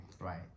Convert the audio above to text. Right